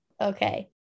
Okay